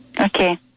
Okay